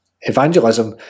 Evangelism